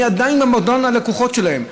אבל אני עדיין במועדון הלקוחות שלהם,